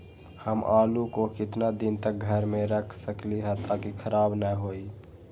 हम आलु को कितना दिन तक घर मे रख सकली ह ताकि खराब न होई?